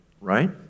right